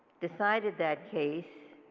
decided that case